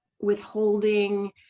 withholding